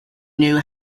knew